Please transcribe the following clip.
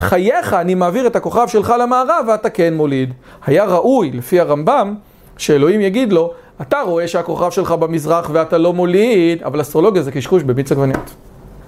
חייך אני מעביר את הכוכב שלך למערב ואתה כן מוליד. היה ראוי, לפי הרמב״ם, שאלוהים יגיד לו אתה רואה שהכוכב שלך במזרח ואתה לא מוליד, אבל אסטרולוגיה זה קשקוש במיץ עגבניות.